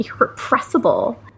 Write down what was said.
irrepressible